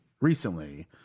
recently